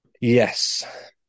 Yes